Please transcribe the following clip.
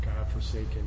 godforsaken